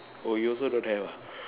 oh you also don't have ah